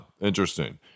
Interesting